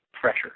pressure